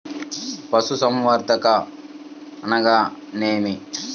పశుసంవర్ధకం అనగానేమి?